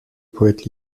poète